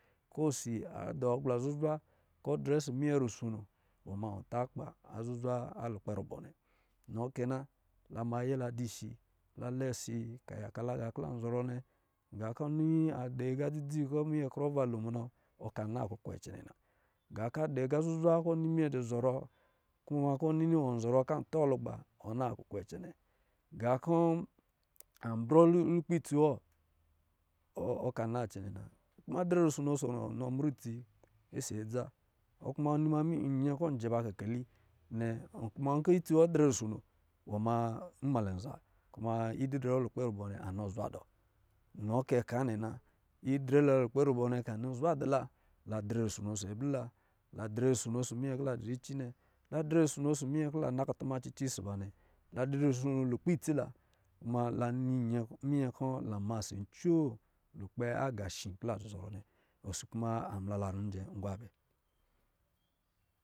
Nkɔ̄ si adɔ̄ agble zuzara kɔ̄ drɛ ɔsɔ̄ manye ruso no wɔ ma wɔ ta akpa zuzwa a lukpa rabɔ nnɛ. Nɔ kɛ na, la ma ayɛ dɔ si, la lɛ si ka yaka la gā kɔ̄ lan zɔrɔ nnɛ gā kɔ̄ ɔ nini adɔ̄ agā dzidzi kɔ̄ minyɛ ba krɔ ava lo munɔ ɔ ka na kukwe cɛnɛ na. Zuzwa ga ka dɔ̄ aga zuzwa kɔ̄ nini minyɛ dɔ zɔrɔ kɔ̄ ɔ na kukwe cɛnɛ, kuma kɔ̄ nini wɔ zɔrɔ kɔ̄ an tɔ lugba kɔ̄ ɔ na kukwe cɛnɛ. Ga kɔ̄ an brɔ lukpa itsi wɔ ɔka na cɛnɛ na. Kuma drɛ rusono ɔsɔ̄ nɔ mra itsi ɔsɔ̄ adza kɔ kumu nɔ nyɛ kɔ̄ jɛba kikeci nnɛ nkɔ̄ itsi wɔ drɛ rusono wɔ ma nmalɛ za wa kuma idirɛ wɔ lukpɛ rabɔ nnɛ anɔ zwewa dɔ nɔ kɛ ka nnɛ na. Idrɛ la lukpa rubɔ nnɛ kɔ̄ anɔ zwa dɔ̄ la la drɛ rusono ɔsɔ ablɛ la, la drɛ rusono ɔsɔ̄ minyɛ kɔ̄ la di cici nnɛ, la drɛ rusono ɔsɔ̄ munyɛ kɔ̄ la na kutume ɔsɔ̄ ba nnɛ. La drɛ rusono lukpɛ itsi. Kumela nɔ minye kɔ̄ lan ma si ncoo nnɛ likpɛ agā shi kɔ̄ la dɔ̄ zɔrɔ nnɛ. Osi kuma amla la mijɛ ngwabel